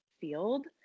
field